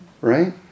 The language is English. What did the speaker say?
Right